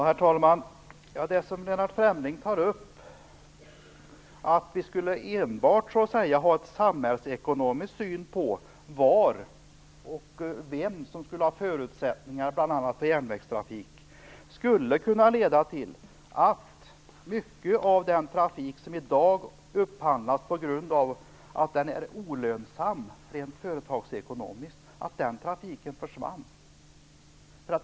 Herr talman! Det som Lennart Fremling tar upp, att vi enbart skulle ha en samhällsekonomisk syn på var det skulle finnas förutsättningar och vem som skulle ha förutsättningar för bl.a. järnvägstrafik skulle kunna leda till att mycket av den trafik som i dag upphandlas på grund av att den är rent företagsekonomiskt olönsam försvann.